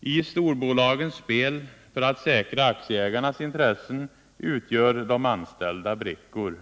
I storbolagens spel för att säkra aktieägarnas intressen utgör de anställda brickor.